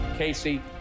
Casey